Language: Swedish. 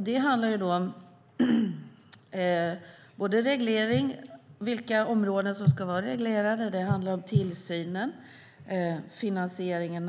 Det handlar om regleringen, vilka områden som ska vara reglerade. Det handlar om tillsynen och naturligtvis om finansieringen.